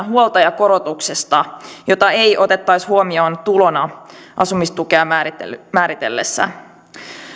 huoltajakorotuksesta jota ei otettaisi huomioon tulona asumistukea määriteltäessä